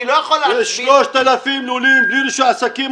אני לא יכול להסביר --- יש 3,000 לולים בלי רישוי עסקים,